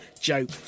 Joke